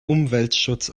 umweltschutz